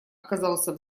оказался